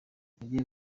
nagiye